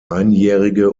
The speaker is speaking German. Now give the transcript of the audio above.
einjährige